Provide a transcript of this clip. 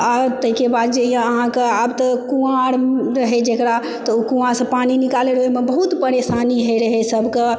आओर तैके बाद जे यऽ अहाँके आब तऽ कुआँ आर रहय जकरा तऽ ओ कुआँसँ पानि निकालय रहय ओइमे बहुत परेशानी होइ रहय सबके